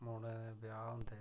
मुड़ें दे ब्याह् होंदें